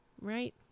Right